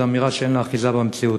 זו אמירה שאין לה אחיזה במציאות.